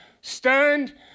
Stunned